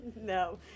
No